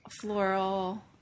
floral